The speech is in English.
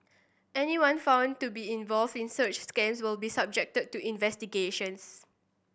anyone found to be involved in such scams will be subjected to investigations